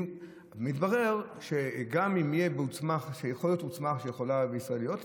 מתברר שבעוצמה שיכולה בישראל להיות,